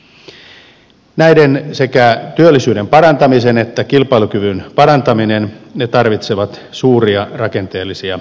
nämä asiat sekä työllisyyden että kilpailukyvyn parantaminen tarvitsevat suuria rakenteellisia ratkaisuja